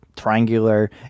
triangular